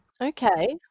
Okay